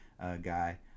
guy